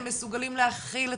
הם מסוגלים להכיל אתכם,